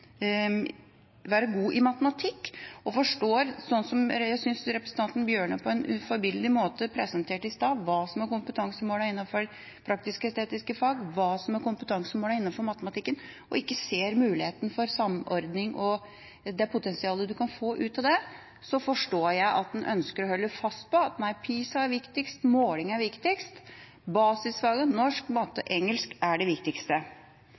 forstår – som jeg synes representanten Tynning Bjørnø på en forbilledlig måte presenterte i sted – hva som er kompetansemålene innenfor praktisk-estetiske fag, og hva som er kompetansemålene innenfor matematikk, og som ikke ser muligheten for samordning og potensialet en kan få ut av det, ønsker å holde fast på at PISA er viktigst, at måling er viktigst, og at basisfagene norsk, matematikk og engelsk er det viktigste.